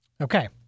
Okay